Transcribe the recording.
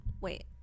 wait